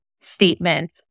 statement